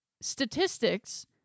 statistics